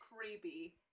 Creepy